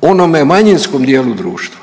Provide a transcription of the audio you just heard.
onome manjinskom dijelu društva